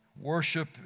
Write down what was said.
Worship